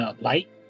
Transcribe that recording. Light